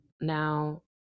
now